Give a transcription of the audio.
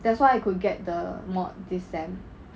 that's why I could get the mod this sem